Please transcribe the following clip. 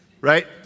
Right